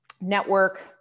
network